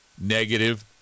negative